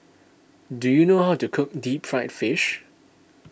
do you know how to cook Deep Fried Fish